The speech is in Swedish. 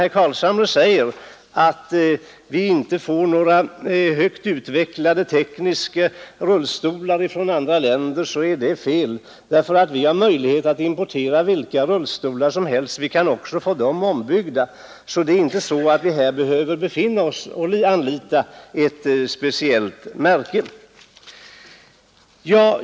Herr Carlshamre säger att vi inte får några tekniskt högt utvecklade rullstolar från andra länder. Men det är fel; vi har möjlighet att importera vilka rullstolar som helst, och vi kan även få dem ombyggda. Vi behöver alltså inte anlita ett speciellt märke.